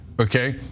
Okay